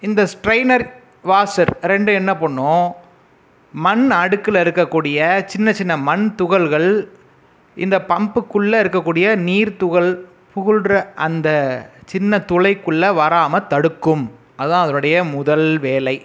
இந்த strainer washer இரண்டும் என்ன பண்ணும் மண் அடுக்கில் இருக்க கூடிய சின்ன சின்ன மண் துகள்கள் இந்த பம்ப் குள்ளே இருக்க கூடிய நீர் துகள் புகுல்ர அந்த சின்ன துளைக்குள்ளே வராமல் தடுக்கும் அதான் அதனுடைய முதல் வேலை